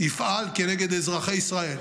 יפעל כנגד אזרחי ישראל,